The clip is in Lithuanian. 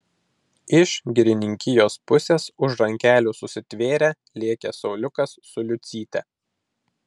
iš girininkijos pusės už rankelių susitvėrę lėkė sauliukas su liucyte